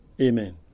Amen